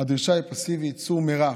הדרישה היא פסיבית: "סור מרע".